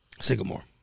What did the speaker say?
Sycamore